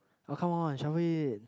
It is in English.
ah come on shuffle it